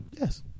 Yes